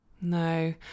no